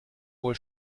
wohl